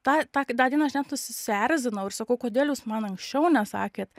tą tą tą dieną aš net nu susierzinau ir sakau kodėl jūs man anksčiau nesakėt